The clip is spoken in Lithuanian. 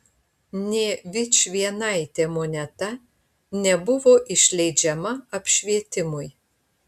nė vičvienaitė moneta nebuvo išleidžiama apšvietimui